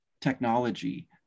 technology